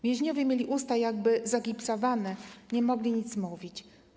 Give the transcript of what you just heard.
Więźniowie mieli usta jakby zagipsowane, nie mogli nic mówić.